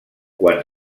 quan